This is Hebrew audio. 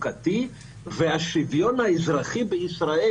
השוויון האזרחי בישראל,